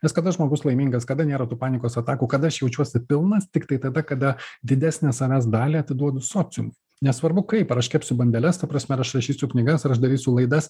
nes kada žmogus laimingas kada nėra tų panikos atakų kada aš jaučiuosi pilnas tiktai tada kada didesnę savęs dalį atiduodu sociumui nesvarbu kaip aš ar kepsiu bandeles ta prasme ar aš rašysiu knygas ar aš darysiu laidas